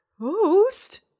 Ghost